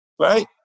right